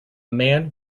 man